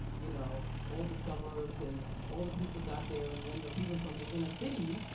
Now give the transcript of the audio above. you know, all the suburbs and all the people got there. and when the people from the inner city,